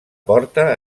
porta